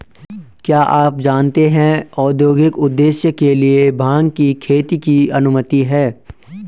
क्या आप जानते है औद्योगिक उद्देश्य के लिए भांग की खेती की अनुमति है?